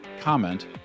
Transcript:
comment